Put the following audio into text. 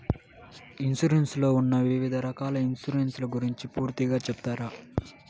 Insurance లో ఉన్న వివిధ రకాల ఇన్సూరెన్సు ల గురించి పూర్తిగా సెప్తారా?